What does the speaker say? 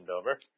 over